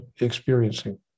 experiencing